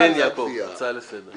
הצעה לסדר.